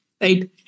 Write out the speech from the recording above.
right